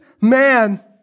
man